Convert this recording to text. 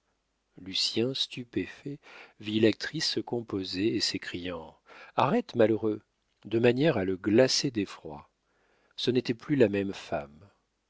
lucien stupéfait vit l'actrice se composant et s'écriant arrête malheureux de manière à le glacer d'effroi ce n'était plus la même femme